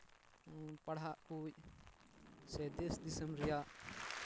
ᱯᱟᱲᱦᱟᱜ ᱠᱚᱥᱮ ᱫᱮᱥ ᱫᱤᱥᱳᱢ ᱨᱮᱭᱟᱜ